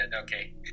Okay